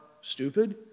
stupid